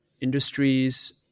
industries